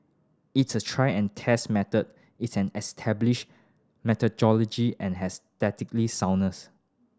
it's a tried and tested method it's an established methodology and has soundness